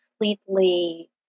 completely